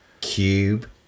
Cube